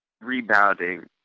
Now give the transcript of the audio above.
rebounding